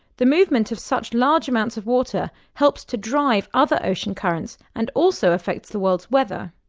the movement of such large amounts of water helps to drive other ocean currents and also affects the world's weather.